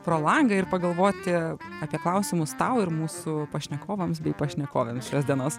pro langą ir pagalvoti apie klausimus tau ir mūsų pašnekovams bei pašnekovėm šios dienos